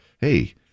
hey